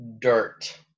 Dirt